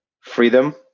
freedom